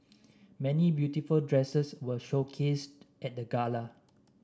many beautiful dresses were showcased at the gala